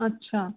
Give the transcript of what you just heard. ਅੱਛਾ